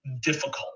difficult